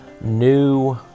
new